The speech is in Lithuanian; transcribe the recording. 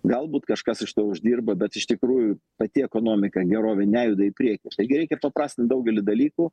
galbūt kažkas iš to uždirba bet iš tikrųjų pati ekonomika gerovė nejuda į priekį taigi reikia paprastint daugelį dalykų